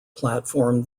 platform